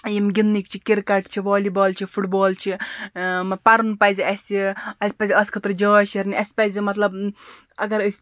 یِم گِنٛدنٕکۍ چھِ کِرکَٹ چھِ والی بال چھِ فُٹ بال چھِ پَرُن پَزِ اَسہِ اَسہِ پَزِ اَتھ خٲطرٕ جاے شٮ۪رٕنۍ اَسہِ پَزِ مطلب اَگَر أسۍ